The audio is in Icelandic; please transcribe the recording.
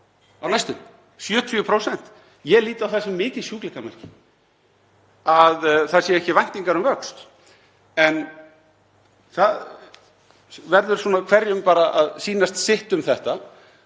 á næstunni — 70%. Ég lít á það sem mikið sjúkleikamerki að það séu ekki væntingar um vöxt. En það verður hverjum að sýnast sitt um þetta.